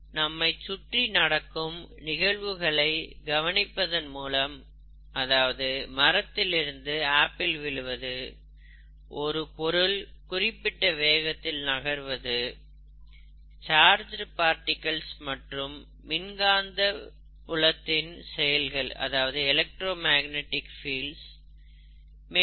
நம்மை சுற்றி நடக்கும் நிகழ்வுகளை கவனிப்பதன் மூலம் அதாவது மரத்திலிருந்து ஆப்பிள் விழுவது ஒரு பொருள் குறிப்பிட்ட வேகத்தில் நகர்வது சார்ஜ்டு பார்ட்டிகில்ஸ் மற்றும் மின்காந்த புலத்தின் செயல்கள் மேலும் பல